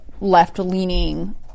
left-leaning